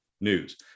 news